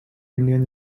indian